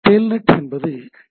Telnet என்பது D